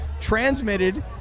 transmitted